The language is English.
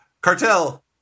Cartel